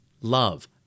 love